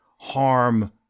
harm